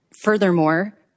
furthermore